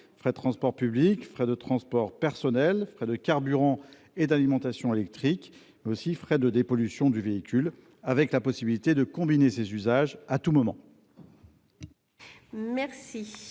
frais de transport public, de transport personnel, de carburant ou d'alimentation électrique et de dépollution du véhicule, avec la possibilité de combiner ces usages à tout moment. Les